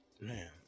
man